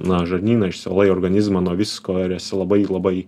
na žarnyną išsivalai organizmą nuo visko ir esi labai labai